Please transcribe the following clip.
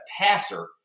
passer